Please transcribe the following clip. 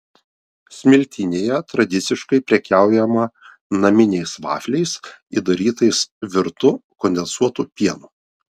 smiltynėje tradiciškai prekiaujama naminiais vafliais įdarytais virtu kondensuotu pienu